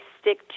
stick